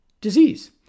disease